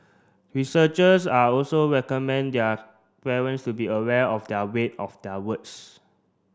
researchers are also recommend their parents to be aware of the weight of their words